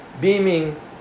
beaming